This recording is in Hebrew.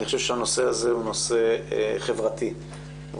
אני חושב שהנושא הזה הוא נושא חברתי - הוא